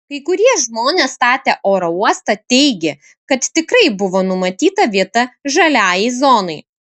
kai kurie žmonės statę oro uostą teigė kad tikrai buvo numatyta vieta žaliajai zonai